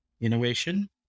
innovation